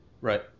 Right